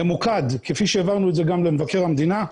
ממוקד, כפי שהעברנו את זה גם למבקר המדינה,